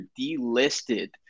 delisted